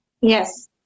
Yes